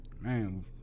man